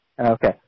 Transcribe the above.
Okay